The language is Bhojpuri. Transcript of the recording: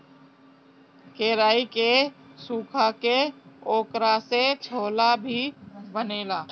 केराई के सुखा के ओकरा से छोला भी बनेला